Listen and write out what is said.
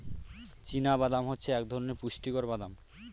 চীনা বাদাম হচ্ছে এক ধরণের পুষ্টিকর বাদাম